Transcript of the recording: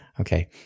okay